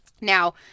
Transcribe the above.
Now